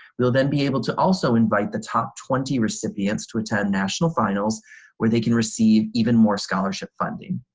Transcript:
we will then be able to also invite the top twenty recipients to attend national finals where they can receive even more scholarship funding.